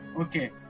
Okay